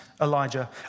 Elijah